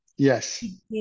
Yes